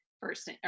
first